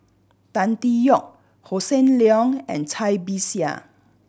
Tan Tee Yoke Hossan Leong and Cai Bixia